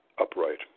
upright